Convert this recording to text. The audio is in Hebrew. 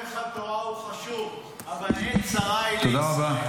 ערך התורה הוא חשוב, אבל עת צרה היא לישראל.